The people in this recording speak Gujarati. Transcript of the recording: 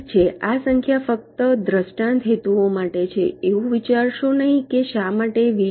ઠીક છે આ સંખ્યા ફક્ત દૃષ્ટાંત હેતુઓ માટે છે એવું વિચારશો નહીં કે શા માટે વી